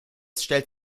stellt